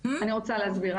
אני רוצה להסביר.